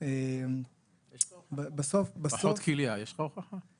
בסוף --- פחות כליה, יש לך הוכחה.